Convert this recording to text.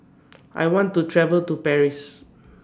I want to travel to Paris